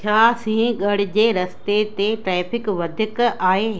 छा सिंहगढ़ जे रस्ते ते ट्रैफ़िक वधीक आहे